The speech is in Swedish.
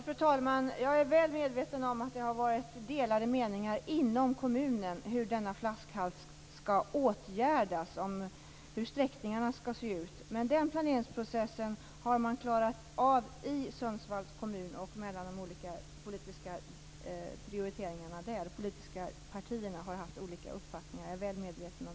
Fru talman! Jag är väl medveten om att det har varit delade meningar inom kommunen om hur dessa flaskhalsar skall åtgärdas och hur sträckningarna skall se ut. Den planeringsprocessen har man klarat av i Sundsvalls kommun, mellan de olika prioriteringarna. De politiska partierna har haft olika uppfattningar, det är jag väl medveten om.